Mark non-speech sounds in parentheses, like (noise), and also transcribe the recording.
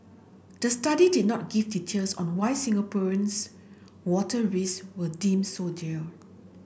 the study did not give details on why Singapore's water risk were deemed so (unintelligible)